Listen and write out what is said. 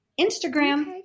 Instagram